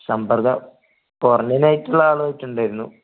സമ്പർക്കം ക്വാറൻ്റൈനായിട്ടുള്ള ആളുമായിട്ടുണ്ടായിരുന്നു